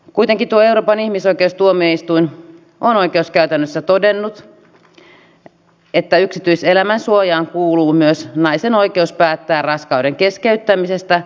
kuitenkin euroopan ihmisoikeustuomioistuin on oikeuskäytännössä todennut että yksityiselämän suojaan kuuluu myös naisen oikeus päättää raskauden keskeyttämisestä